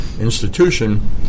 institution